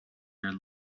their